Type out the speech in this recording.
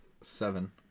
seven